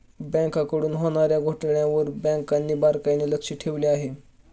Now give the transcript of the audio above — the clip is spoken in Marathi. बँकांकडून होणार्या घोटाळ्यांवर बँकांनी बारकाईने लक्ष ठेवले आहे